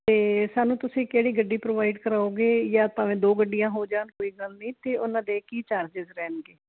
ਤੇ ਸਾਨੂੰ ਤੁਸੀਂ ਕਿਹੜੀ ਗੱਡੀ ਪ੍ਰੋਵਾਈਡ ਕਰੋਗੇ ਜਾਂ ਭਾਵੇਂ ਦੋ ਗੱਡੀਆਂ ਹੋ ਜਾਣ ਕੋਈ ਗੱਲ ਨਹੀਂ ਤੇ ਉਹਨਾਂ ਦੇ ਕੀ ਚਾਰਜਸ ਰਹਿਣਗੇ